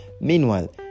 Meanwhile